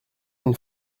une